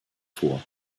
vor